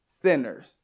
sinners